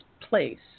place